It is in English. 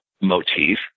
motif